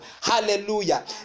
Hallelujah